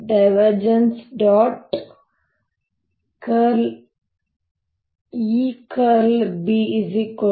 EB B